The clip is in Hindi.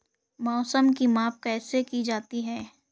मौसम की माप कैसे की जाती है?